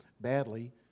badly